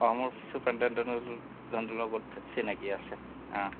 অঁ মোৰ ছুপাৰিটেনডেণ্টজনৰ লগত চিনাকি আছে অঁ